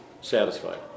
satisfied